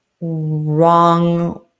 wrong